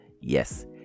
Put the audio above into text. Yes